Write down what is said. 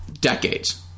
decades